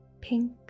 pink